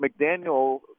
mcdaniel